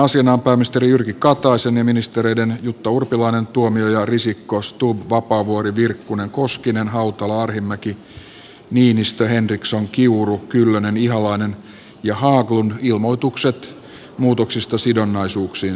esitellään pääministeri jyrki kataisen ja ministerien jutta urpilainen erkki tuomioja paula risikko alexander stubb jan vapaavuori henna virkkunen jari koskinen heidi hautala paavo arhinmäki ville niinistö anna maja henriksson krista kiuru merja kyllönen lauri ihalainen ja carl haglund ilmoitukset muutoksista sidonnaisuuksiinsa